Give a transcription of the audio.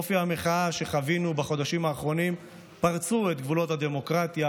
אופי המחאה שחווינו בחודשים האחרונים פרץ את גבולות הדמוקרטיה